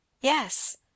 Yes